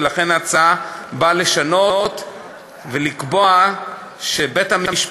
ולכן ההצעה באה לשנות ולקבוע שבית-המשפט,